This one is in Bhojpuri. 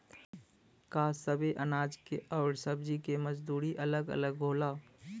का सबे अनाज के अउर सब्ज़ी के मजदूरी अलग अलग होला?